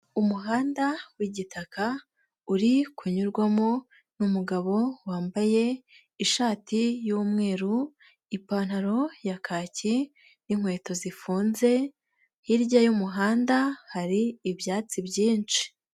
Umuhanda w'igitaka uri kunyurwamo n'umugabo wambaye ishati y'umweru, ipantaro ya kaki n'inkweto zifunze hirya y'umuhanda hari ibyatsi byinshi.